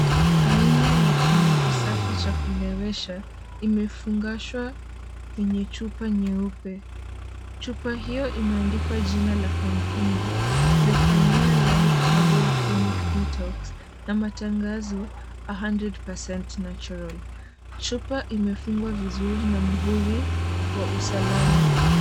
Aina ya kinywaji safi cha kulewesha imefungashwa kwenye chupa nyeupe. Chupa hiyo imeandikwa jina la kampuni Zephaniah life herbal detox na matangazo, 100% natural . Chupa imefungwa vizuri na muhuri wa usalama.